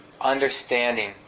understanding